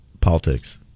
Politics